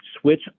switch